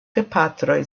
gepatroj